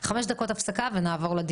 אני נועלת את